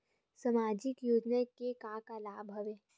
सामाजिक योजना के का का लाभ हवय?